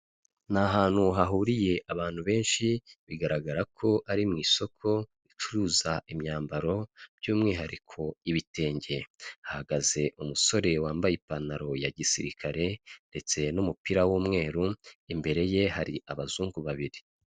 Ni ahantu hahuriye abantu benshi bigaragara ko ari mu isoko ricuruza imyambaro by'umwihariko ibitenge, hahagaze umusore wambaye ipantaro ya gisirikare ndetse n'umupira w'umweru imbere ye hari abazungu babiri.